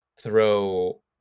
throw